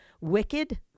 wicked